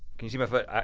you see my foot?